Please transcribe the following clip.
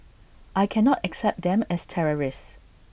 I cannot accept them as terrorists